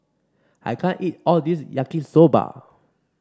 I can't eat all this Yaki Soba